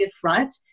Front